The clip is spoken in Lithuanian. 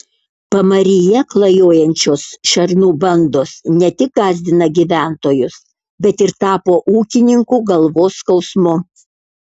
pamaryje klajojančios šernų bandos ne tik gąsdina gyventojus bet ir tapo ūkininkų galvos skausmu